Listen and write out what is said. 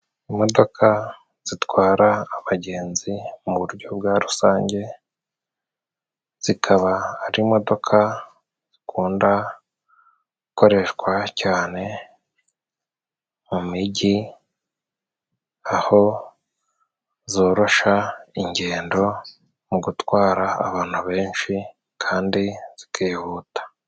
Imodoka zitwara abagenzi mu buryo bwa rusange zikaba ari imodoka zikunda gukoreshwa cyane mu mijyi aho zorosha ingendo mu gutwara abantu benshi kandi zikihuta.